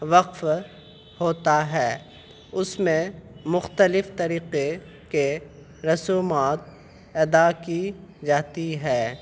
وقف ہوتا ہے اس میں مختلف طریقے کے رسومات ادا کی جاتی ہے